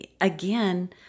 again